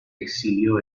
exilió